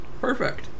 Perfect